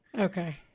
Okay